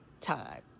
time